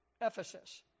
Ephesus